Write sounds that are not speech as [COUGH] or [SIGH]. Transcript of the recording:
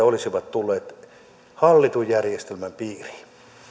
[UNINTELLIGIBLE] olisivat tulleet hallitun järjestelmän piiriin